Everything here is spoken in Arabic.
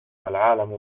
العالم